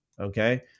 okay